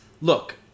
look